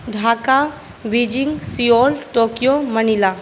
Dhaka Beijing Seoul Tokyo Manila